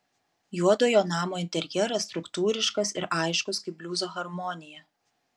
juodojo namo interjeras struktūriškas ir aiškus kaip bliuzo harmonija